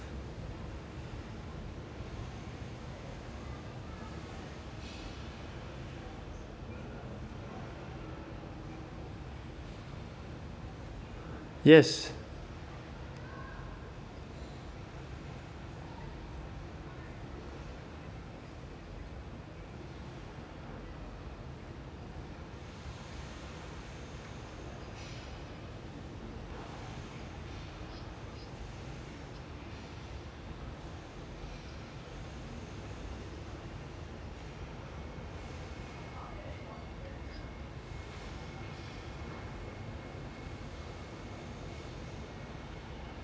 yes